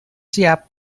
siap